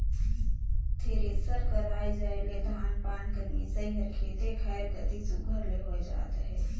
thresher कर आए जाए ले धान पान कर मिसई हर खेते खाएर कती सुग्घर ले होए जात अहे